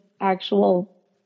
actual